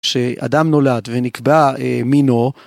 שאדם נולד ונקבע מינו.